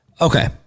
Okay